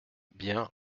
bien